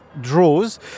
draws